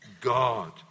God